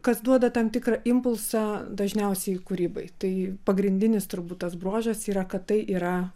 kas duoda tam tikrą impulsą dažniausiai kūrybai tai pagrindinis turbūt tas bruožas yra kad tai yra